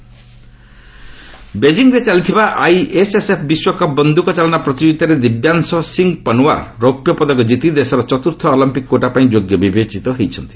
shooting India ବେକିଂରେ ଚାଲିଥିବା ISSF ବିଶ୍ୱକପ୍ ବନ୍ଧୁକଚାଳନା ପ୍ରତିଯୋଗିତାରେ ଦିବ୍ୟାଂଶ ସିଂ ପନ୍ୱାର୍ ରୌପ୍ୟ ପଦକ କିତି ଦେଶର ଚତୁର୍ଥ ଅଲମ୍ପିକ୍ କୋଟା ପାଇଁ ଯୋଗ୍ୟ ବିବେଚିତ ହୋଇଛନ୍ତି